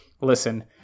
Listen